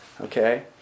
Okay